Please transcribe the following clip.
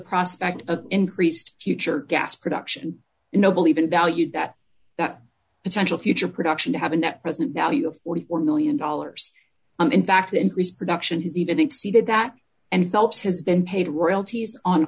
prospect of increased future gas production in noble even valued that that potential future production to have a net present value of forty four million dollars and in fact increase production has even exceeded that and phelps has been paid royalties on